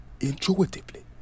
intuitively